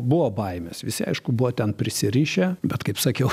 buvo baimės visi aišku buvo ten prisirišę bet kaip sakiau